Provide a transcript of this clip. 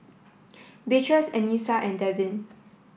Beatrice Anissa and Devin